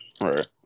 right